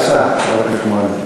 בבקשה, חברת הכנסת מועלם.